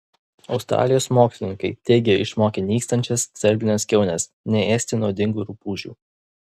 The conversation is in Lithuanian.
australijos mokslininkai teigia išmokę nykstančias sterblines kiaunes neėsti nuodingų rupūžių